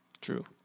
True